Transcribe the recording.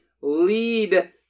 lead